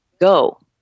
go